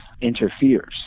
interferes